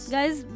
Guys